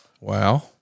Wow